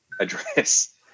address